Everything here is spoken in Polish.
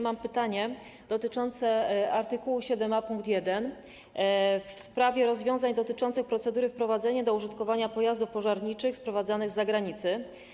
Mam pytanie dotyczące art. 7a pkt 1, w sprawie rozwiązań dotyczących procedury wprowadzenia do użytkowania pojazdów pożarniczych sprowadzanych z zagranicy.